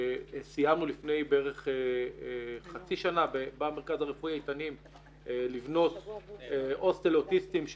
סיימנו לפני בערך חצי שנה לבנות הוסטל לאוטיסטים במרכז הרפואי איתנים,